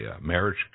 marriage